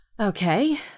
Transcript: Okay